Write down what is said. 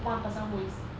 one person who is